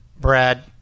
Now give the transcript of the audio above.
Brad